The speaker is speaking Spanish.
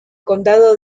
condado